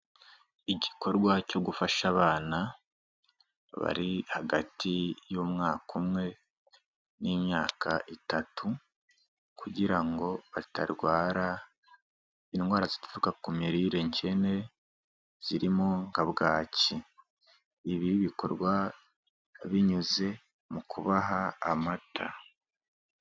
Igikorwa cyo gufasha abana, bari hagati y'umwaka umwe n'imyaka itatu, kugira ngo batarwara indwara zituruka ku mirire nkene, zirimo nka bwaki, ibi bikorwa binyuze mu kubaha amata.